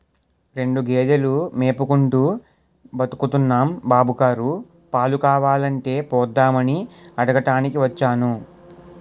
రెండు గేదెలు మేపుకుంటూ బతుకుతున్నాం బాబుగారు, పాలు కావాలంటే పోద్దామని అడగటానికి వచ్చాను